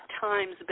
Times